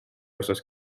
osas